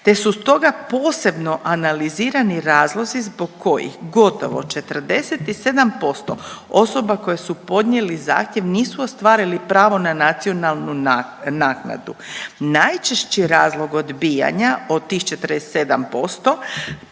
te su stoga posebno analizirani razlozi zbog kojih gotovo 47% osoba koje su podnijeli zahtjev nisu ostvarili pravo na nacionalnu naknadu. Najčešći razlog odbijanja od tih